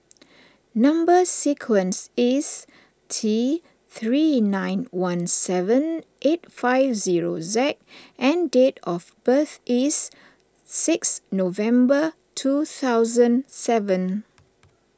Number Sequence is T three nine one seven eight five zero Z and date of birth is six November two thousand seven